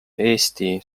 eesti